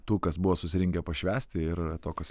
tų kas buvo susirinkę pašvęsti ir to kas